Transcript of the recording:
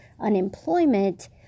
unemployment